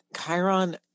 Chiron